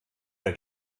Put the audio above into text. der